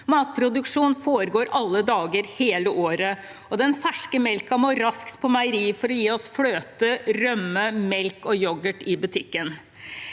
Matproduksjon foregår alle dager, hele året, og den ferske melken må raskt på meieriet for å gi oss fløte, rømme, melk og yoghurt i butikken.